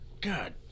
God